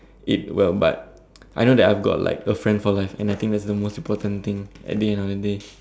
it well but I know that I've got like a friend for life and that's like the most important thing at the end of the day